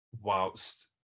Whilst